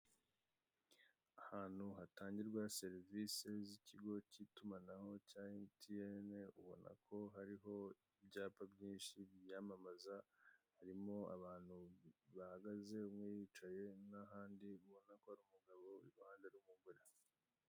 Ahantu hatangirwa serivise z'ikigo cy'itumanaho cya emutiyene, ubona ko hariho ibyapa bynshi biyamamaza, harimo abantu bahagaze umwe yicaye n'ahandi ubona ko ari umugabo iruhande rw'umukozi.